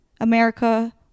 America